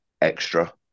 extra